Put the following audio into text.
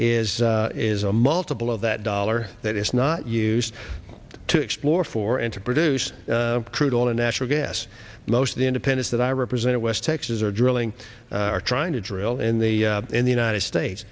is is a multiple of that dollar that it's not used to explore for enter produce crude oil and natural gas most of the independence that i represent west texas or drilling are trying to drill in the in the united states